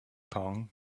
pong